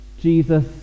jesus